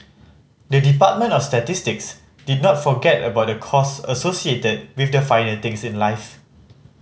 the Department of Statistics did not forget about the cost associated with the finer things in life